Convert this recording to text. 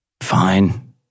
Fine